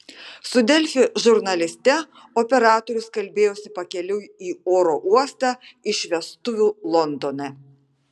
su delfi žurnaliste operatorius kalbėjosi pakeliui į oro uostą iš vestuvių londone